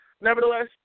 nevertheless